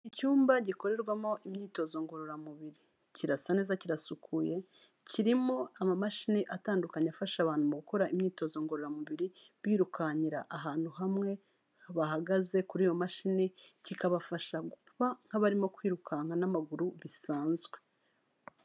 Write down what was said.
Icyumba gikorerwamo imyitozo ngororamubiri, kirasa neza kirasukuye kirimo amamashini atandukanye afasha abantu mu gukora imyitozo ngororamubiri, birukankirara ahantu hamwe bahagaze kuri iyo mashini, kikabafasha gukora nk'abarimo kwirukanka n'amaguru bisanzwe.